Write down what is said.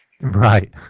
right